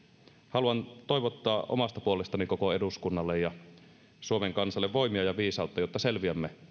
haluan toivottaa omasta puolestani koko eduskunnalle ja suomen kansalle voimia ja viisautta jotta selviämme